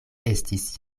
estis